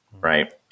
Right